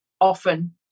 often